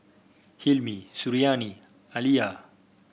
Hilmi Suriani Alya